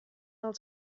del